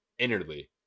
innerly